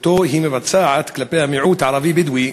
שהיא מבצעת כלפי המיעוט הערבי-בדואי